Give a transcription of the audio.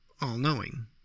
all-knowing